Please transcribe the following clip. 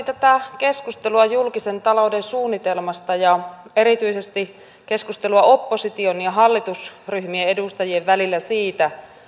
tätä keskustelua julkisen talouden suunnitelmasta ja erityisesti keskustelua opposition ja hallitusryhmien edustajien välillä siitä